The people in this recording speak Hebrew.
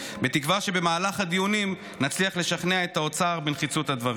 בתקווה שבמהלך הדיונים נצליח לשכנע את האוצר בנחיצות הדברים.